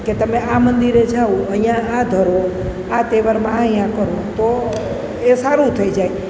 કે તમે આ મંદિરે જાવ અહીં આ ધરો આ તહેવારમાં આ અહીં કરો તો એ સારું થઈ જાય